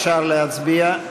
אפשר להצביע.